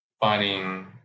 finding